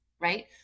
right